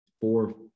four